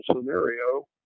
scenario